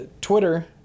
Twitter